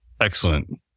Excellent